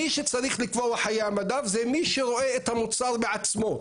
מי שצריך לקבוע חיי מדף זה מי שרואה את המוצר בעצמו.